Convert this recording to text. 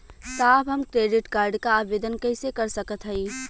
साहब हम credit card क आवेदन कइसे कर सकत हई?